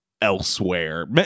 elsewhere